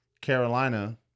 Carolina